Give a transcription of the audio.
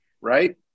right